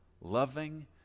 loving